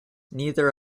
neither